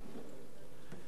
אמרתי את זה גם בישיבת הממשלה,